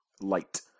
light